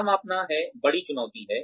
क्या मापना है बड़ी चुनौती है